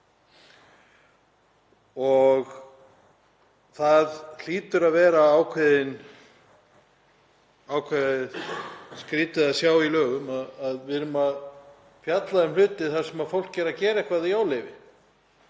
Það hlýtur að vera skrýtið að sjá í lögum að við erum að fjalla um hluti þar sem fólk er að gera eitthvað í óleyfi.